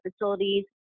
facilities